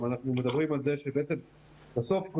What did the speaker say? אבל בתוך בית הספר היסודי,